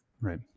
Right